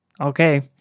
Okay